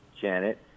Janet